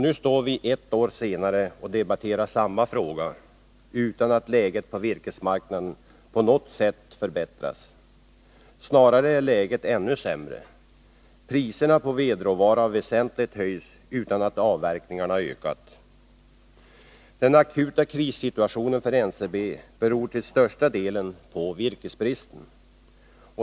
Nu står vi, ett år senare, och debatterar samma fråga utan att läget på virkesmarknaden på något sätt förbättrats. Snarare är läget ännu sämre. Priserna på vedråvaran har väsentligt höjts utan att avverkningarna ökat. Den akuta krissituationen för NCB beror till största delen på virkesbristen.